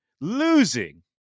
losing